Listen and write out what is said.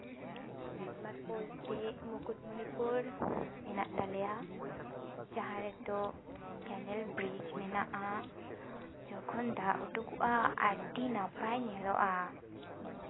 landmark ᱵᱚᱞᱛᱮ ᱢᱩᱠᱩᱴᱢᱚᱱᱤᱯᱩᱨ ᱢᱮᱱᱟᱜ ᱛᱟᱞᱮᱭᱟ ᱡᱟᱦᱟᱸ ᱨᱮᱫᱚ ᱠᱮᱱᱮᱞ ᱵᱤᱨᱤᱡ ᱢᱮᱱᱟᱜᱼᱟ ᱡᱚᱠᱷᱚᱱ ᱫᱟᱜ ᱩᱰᱩᱠᱚᱜᱼᱟ ᱟᱹᱰᱤ ᱱᱟᱯᱟᱭ ᱧᱮᱞᱚᱜᱼᱟ